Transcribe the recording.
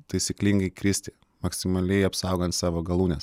taisyklingai kristi maksimaliai apsaugant savo galūnes